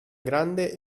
grande